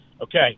okay